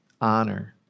honor